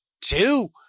two